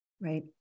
right